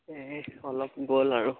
এই অলপ গ'ল আৰু